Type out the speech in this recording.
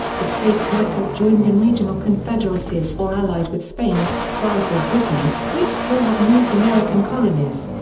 the states might have joined in regional confederacies or allied with spain, france or britain, which still had north american colonies.